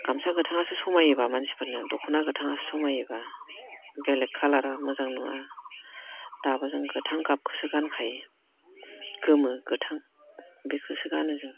गामसा गोथांआसो समायोब्ला मानसिफोरनाव दख'ना गोथांआसो समायोब्ला बेलेग कालारा मोजां नुवा दाबोथ' जों गोथां गाबखोसो गानखायो गोमो गोथां बेखोसो गानो जों